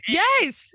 yes